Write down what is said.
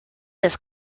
his